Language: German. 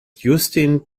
justin